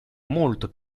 molto